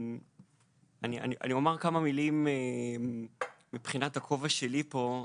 אני אומר כמה מילים מבחינת הכובע שלי פה.